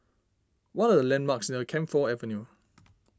what are the landmarks near Camphor Avenue